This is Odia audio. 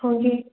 ହଁ ଯେ